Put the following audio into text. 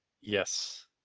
Yes